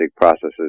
processes